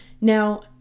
Now